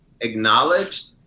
acknowledged